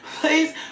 Please